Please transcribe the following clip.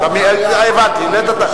הבנתי.